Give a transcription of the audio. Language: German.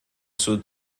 zur